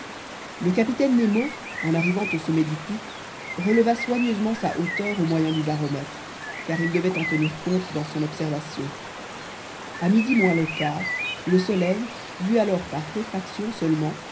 le capitaine nemo en arrivant au sommet du pic releva soigneusement sa hauteur au moyen du baromètre car il devait en tenir compte dans son observation a midi moins le quart le soleil vu alors par réfraction seulement